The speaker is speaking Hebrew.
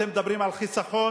אתם מדברים על חיסכון,